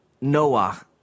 Noah